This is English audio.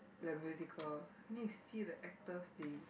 like musical ah then you see the actors they